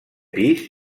pis